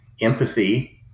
Empathy